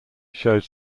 showed